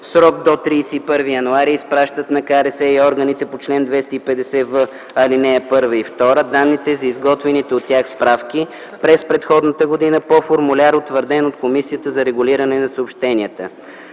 срок до 31 януари изпращат на КРС и органите по чл. 250в, алинеи 1 и 2, данните за изготвените от тях справки през предходната година по формуляр, утвърден от Комисията за регулиране на съобщенията.”